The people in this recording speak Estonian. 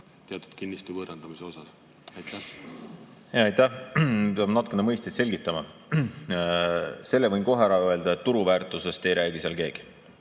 teatud kinnistu võõrandamises? Aitäh! Peab natukene mõisteid selgitama. Selle võin kohe ära öelda, et turuväärtusest ei räägi seal keegi,